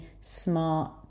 smart